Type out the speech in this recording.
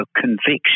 conviction